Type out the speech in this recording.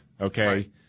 Okay